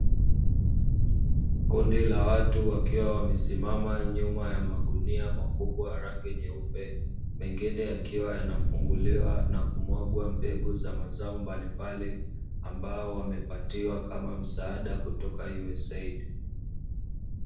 Kundi la watu wakiwa wamesimama nyuma ya magunia makubwa ya rangi nyeupe mengine, yakiwa yanafunguliwa na kumwagwa mbegu za mazao mbalimbali ambao wamepatiwa kama msaada kutoka “USAID”.